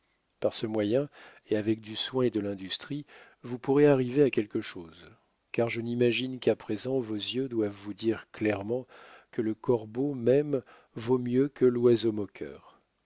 par ce moyen et avec du soin et de l'industrie vous pourrez arriver à quelque chose car je m'imagine qu'à présent vos yeux doivent vous dire clairement que le corbeau même vaut mieux que loiseau moqueur